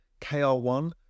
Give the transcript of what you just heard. KR1